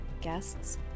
guests